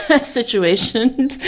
situation